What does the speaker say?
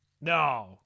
No